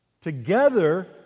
Together